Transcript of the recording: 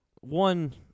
one